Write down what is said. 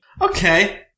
Okay